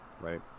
right